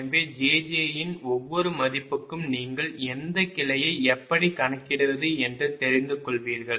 எனவே jj இன் ஒவ்வொரு மதிப்புக்கும் நீங்கள் எந்த கிளையை எப்படி கணக்கிடுவது என்று தெரிந்து கொள்வீர்கள்